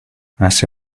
hace